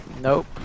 Nope